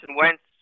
Wentz